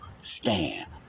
stand